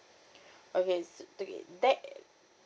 okay it's okay that